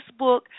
Facebook